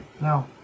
No